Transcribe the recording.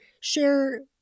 share